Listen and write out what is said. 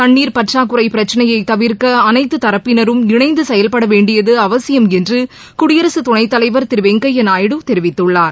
தண்ணீர் பற்றாக்குறை பிரச்சினையை தவிர்க்க அனைத்து தரப்பினரும் இணைந்து செயல்பட வேண்டியது அவசியம் என்று குடியரசு துணைத் தலைவர் திரு வெங்கய்யா நாயுடு தெரிவித்துள்ளார்